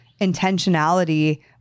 intentionality